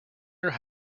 your